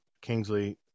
Kingsley